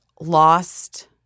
lost